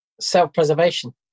Self-preservation